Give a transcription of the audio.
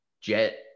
Jet